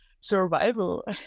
survival